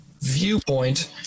viewpoint